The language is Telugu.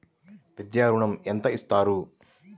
విద్యా ఋణం ఎంత ఇస్తారు?